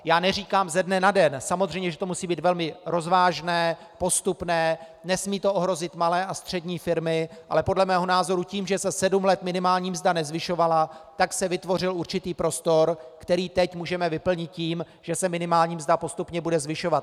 Já neříkám ze dne na den, samozřejmě, že to musí být velmi rozvážné, postupné, nesmí to ohrozit malé a střední firmy, ale podle mého názoru tím, že se sedm let minimální mzda nezvyšovala, tak se vytvořil určitý prostor, který teď můžeme vyplnit tím, že se minimální mzda postupně bude zvyšovat.